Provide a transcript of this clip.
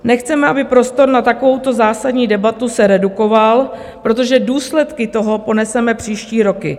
Nechceme, aby prostor na takovouto zásadní debatu se redukoval, protože důsledky toho poneseme příští roky.